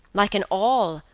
like an awl,